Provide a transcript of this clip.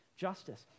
justice